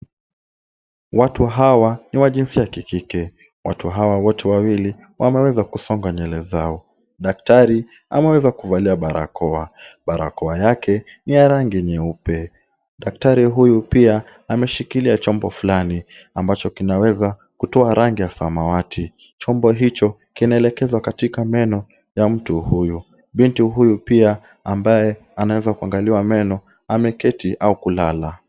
Watu hawa ni wa jinsia ya kike. Watu hawa wawili wameweza kusonga nywele zao. Daktari ameweza kuvalia barakoa. Barakoa yake ni ya rangi nyeupe. Daktari huyu pia ameshikilia chombo fulani ambacho kinaweza kutoa rangi ya samawati. Chombo hicho kinaelekezwa katika meno ya mtu huyu. Binti huyu pia ambaye ameweza kuangaliwa meno ameketi au kulala.